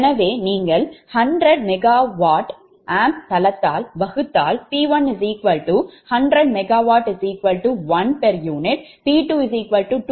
எனவே நீங்கள் 100 𝑀WA தளத்தால் வகுத்தால் P1 100 𝑀W1